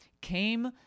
came